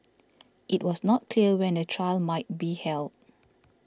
it was not clear when a trial might be held